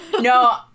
No